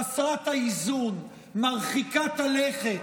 חסרת האיזון, מרחיקת הלכת,